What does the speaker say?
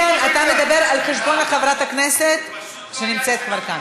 יש לנו פה חברת הכנסת שמציגה את הצעת החוק.